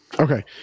Okay